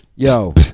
Yo